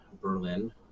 Berlin